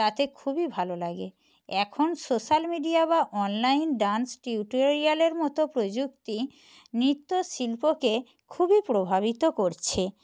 তাতে খুবই ভালো লাগে এখন সোশ্যাল মিডিয়া বা অনলাইন ডান্স টিউটোরিয়ালের মতো প্রযুক্তি নৃত্য শিল্পকে খুবই প্রভাবিত করছে